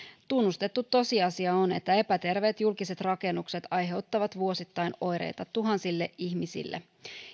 tunnustettu tosiasia on että epäterveet julkiset rakennukset aiheuttavat vuosittain oireita tuhansille ihmisille